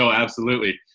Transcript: so absolutely.